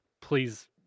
please